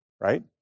right